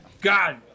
God